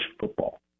football